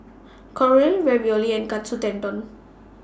Korokke Ravioli and Katsu Tendon